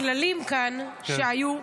הכללים כאן שהיו,